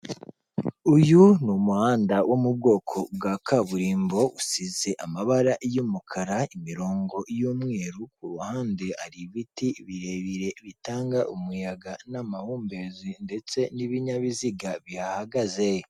Uyu ni umuhanda wo mu bwoko bwa kaburimbo usize amabara y'umukara imirongo y'umweru, ku ruhande hari ibiti birebire bitanga umuyaga n'amahumbezi ndetse n'ibinyabiziga bihahagaze.